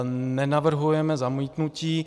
Nenavrhujeme zamítnutí.